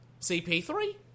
CP3